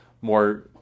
more